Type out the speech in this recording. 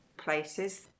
places